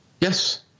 yes